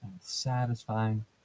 satisfying